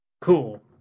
Cool